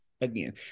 again